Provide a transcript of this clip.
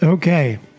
Okay